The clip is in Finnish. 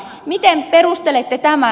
miten perustelette tämän